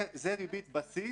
זה ריבית הבסיס.